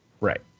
Right